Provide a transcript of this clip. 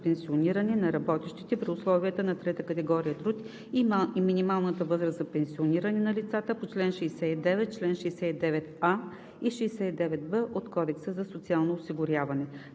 пенсиониране на работещите при условията на трета категория труд и минималната възраст за пенсиониране на лицата по чл. 69, чл. 69а и чл. 69б от Кодекса за социално осигуряване